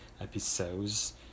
episodes